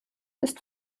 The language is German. ist